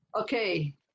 Okay